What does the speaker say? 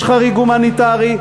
יש חריג הומניטרי,